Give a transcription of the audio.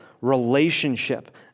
relationship